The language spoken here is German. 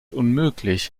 unmöglich